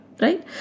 right